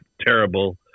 terrible